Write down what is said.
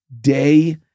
day